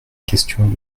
question